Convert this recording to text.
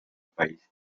país